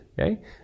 okay